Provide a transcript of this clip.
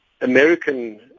American